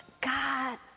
God